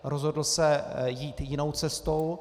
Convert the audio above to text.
Rozhodl se jít jinou cestou.